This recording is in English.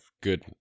good